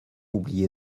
oublié